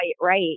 right